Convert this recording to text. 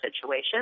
situation